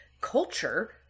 culture